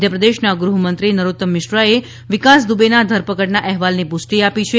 મધ્યપ્રદેશના ગૃહમંત્રી નરોત્તમ મિશ્રાએ વિકાસ દુબેના ધરપકડના અહેવાલને પુષ્ટિ આપી છે